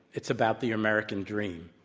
it's about the american dream.